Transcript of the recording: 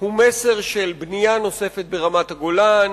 הוא מסר של בנייה נוספת ברמת-הגולן,